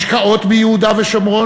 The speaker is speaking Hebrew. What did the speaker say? השקעות ביהודה ושומרון,